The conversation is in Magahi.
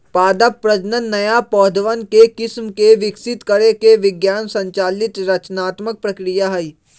पादप प्रजनन नया पौधवन के किस्म के विकसित करे के विज्ञान संचालित रचनात्मक प्रक्रिया हई